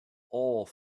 all